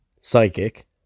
psychic